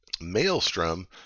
Maelstrom